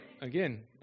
Again